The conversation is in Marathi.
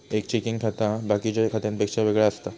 एक चेकिंग खाता बाकिच्या खात्यांपेक्षा वेगळा असता